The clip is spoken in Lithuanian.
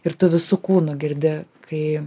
ir tu visu kūnu girdi kai